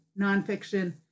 nonfiction